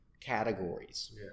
categories